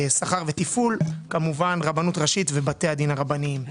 ותפעול, כמובן רבנות ראשית ובתי הדין הרבניים.